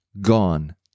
gone